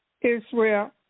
Israel